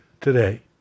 today